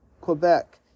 Quebec